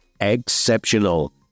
exceptional